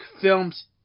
films